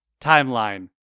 timeline